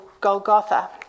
Golgotha